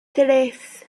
tres